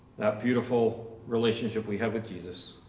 that beautiful relationship we have with jesus.